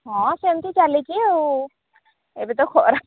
ହଁ ସେମିତି ଚାଲିଚି ଆଉ ଏବେ ତ ଖରା